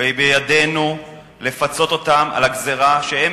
ובידינו לפצות אותם על הגזירה שהם